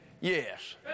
yes